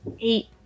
Eight